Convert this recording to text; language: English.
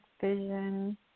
vision